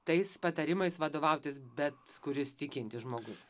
tais patarimais vadovautis bet kuris tikintis žmogus